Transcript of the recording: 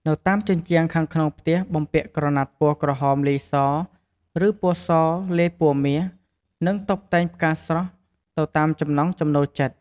នៅតាមជញ្ជាំងខាងក្នុងផ្ទះបំពាក់ក្រណាត់ពណ៌ក្រហមលាយសរ ឬពណ៌សលាយពណ៌មាស និងតុបតែងផ្កាស្រស់ ទៅតាមចំណង់ចំណូលចិត្ត។